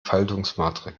faltungsmatrix